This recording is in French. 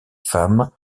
femmes